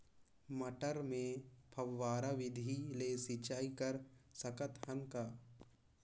मटर मे फव्वारा विधि ले सिंचाई कर सकत हन का?